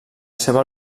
seva